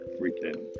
freaking